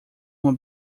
uma